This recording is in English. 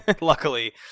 luckily